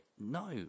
No